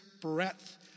breadth